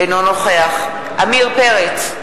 אינו נוכח עמיר פרץ,